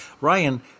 Ryan